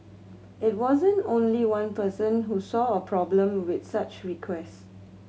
it wasn't only one person who saw a problem with such request